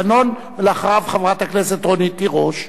חבר הכנסת דנון, ואחריו, חברת הכנסת רונית תירוש.